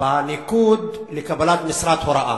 בניקוד לקבלת משרת הוראה.